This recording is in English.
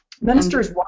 Ministers